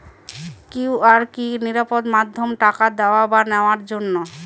QR কি নিরাপদ মাধ্যম টাকা দেওয়া বা নেওয়ার জন্য?